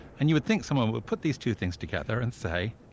and you would think someone would put these two things together and say,